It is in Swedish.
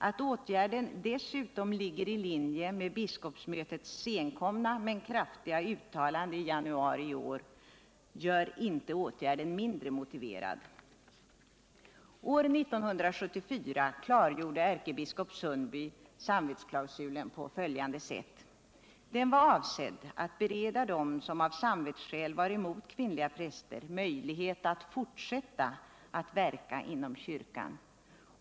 Att åtgärden dessutom ligger i linje med biskopsmötets senkomna men kraftiga uttalande i januari i år gör den inte mindre motiverad. År 1974 klargjorde ärkebiskop Sundby att samvetsklausulen var avsedd att bereda dem som av samvetsskäl var emot kvinnliga präster möjlighet att fortsätta att verka inom kyrkan.